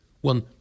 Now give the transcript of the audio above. one